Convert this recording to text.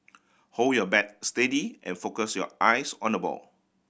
hold your bat steady and focus your eyes on the ball